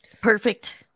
Perfect